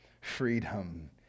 freedom